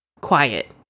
quiet